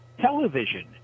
television